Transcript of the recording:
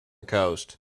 coast